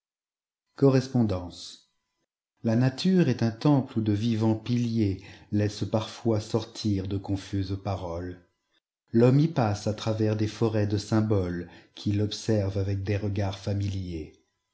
correspondances la nature est un temple où de vivants pilierslaissent parfois sortir de confuses paroles l'homme y passe à travers des forêts de symbolesqui l'observent avec des regards familière